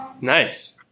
Nice